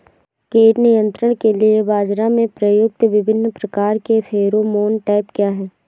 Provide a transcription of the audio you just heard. कीट नियंत्रण के लिए बाजरा में प्रयुक्त विभिन्न प्रकार के फेरोमोन ट्रैप क्या है?